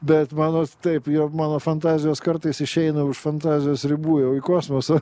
bet manot taip jog mano fantazijos kartais išeina už fantazijos ribų jau į kosmosą